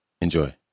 Enjoy